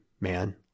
man